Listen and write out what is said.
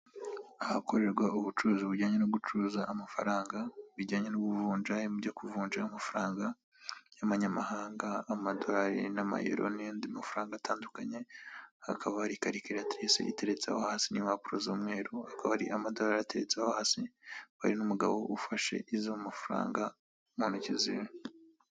Ahakorerwa ubucuruzi bujyanye no gucuruza amafaranga, bijyanye n'ubuvunjayi mubyo kuvunja amafaranga y'amanyamahanga, amadorari n'amayero n'andi mafaranga atandukanye. Hakaba hari kalikiratirise iteretse aho hasi n'impapuro z'umweru, hakaba hari amadorari ateretseho hasi. Hakaba hari n'umugabo ufashe izo mafaranga mu ntoki ziwe.